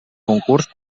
concurs